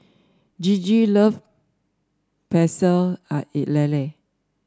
Gigi loves Pecel Lele